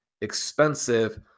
expensive